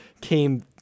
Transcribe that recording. came